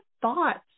thoughts